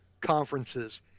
conferences